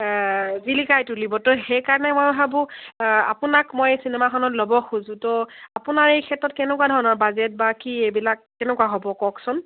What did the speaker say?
জিলিকাই তুলিব ত' সেইকাৰণে মই ভাবোঁ আপোনাক মই এই চিনেমাখনত ল'ব খোজোঁ ত' আপোনাৰ এই ক্ষেত্ৰত কেনেকুৱা ধৰণৰ বাজেট বা কি এইবিলাক কেনেকুৱা হ'ব কওকচোন